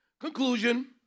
Conclusion